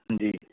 جی